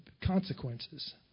consequences